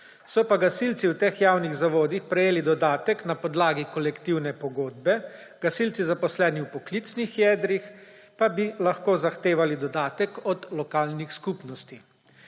So pa gasilci v teh javnih zavodih prejeli dodatek na podlagi kolektivne pogodbe, gasilci, zaposleni v poklicnih jedrih, pa bi lahko zahtevali dodatek od lokalnih skupnosti.